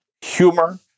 humor